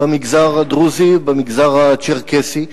במגזר הדרוזי ובמגזר הצ'רקסי,